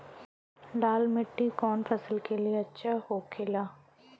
लाल मिट्टी कौन फसल के लिए अच्छा होखे ला?